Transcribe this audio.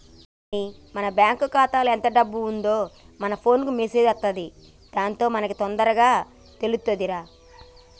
ఓరిని మన బ్యాంకు ఖాతాలో ఎంత డబ్బు ఉందో మన ఫోన్ కు మెసేజ్ అత్తదంట దాంతో మనకి తొందరగా తెలుతుందిరా